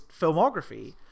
filmography